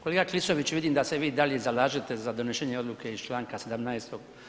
Kolega Klisović vidim da se vi i dalje zalažete za donošenje odluke iz čl. 17.